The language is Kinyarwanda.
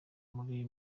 uri